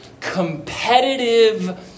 competitive